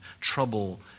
Trouble